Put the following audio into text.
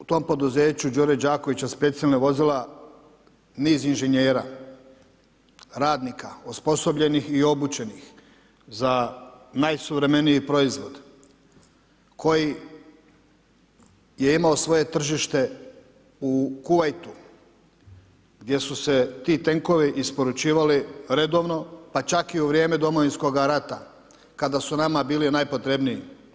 U tom poduzeću Đure Đakovića specijalna vozila, niz inženjera, radnika osposobljenih i obučenih za najsuvremeniji proizvod koji je imao svoje tržište u Kuvajtu gdje su se ti tenkovi isporučivali redovno pa čak i u vrijeme Domovinskoga rata kada su nama bili najpotrebniji.